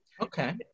Okay